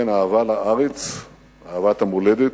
כן, אהבה לארץ, אהבת המולדת,